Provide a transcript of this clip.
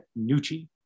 Nucci